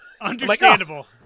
Understandable